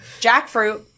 Jackfruit